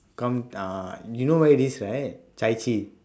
come uh you know where it is right chai chee